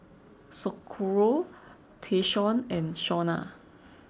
Socorro Tayshaun and Shawna